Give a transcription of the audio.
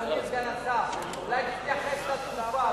אדוני סגן השר, אולי תתייחס לתקופה.